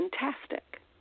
fantastic